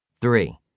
Three